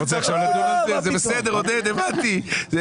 זה בסדר, עודד, הבנתי.